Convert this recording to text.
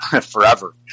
forever